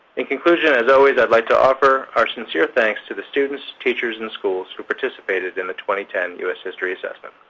in conclusion, as always, i'd like to offer our sincere thanks to the students, teachers, and schools who participated in the two u s. history assessment.